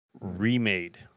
remade